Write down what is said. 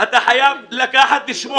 אתה חייב לשמוע.